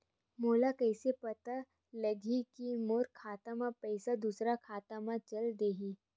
मोला कइसे पता चलही कि मोर खाता ले पईसा दूसरा खाता मा चल देहे?